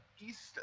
East